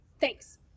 Thanks